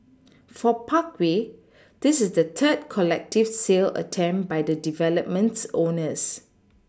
for Parkway this is the third collective sale attempt by the development's owners